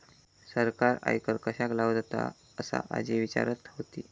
सरकार आयकर कश्याक लावतता? असा आजी विचारत होती